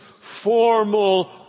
formal